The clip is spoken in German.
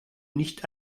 nicht